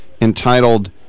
entitled